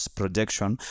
projection